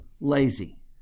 lazy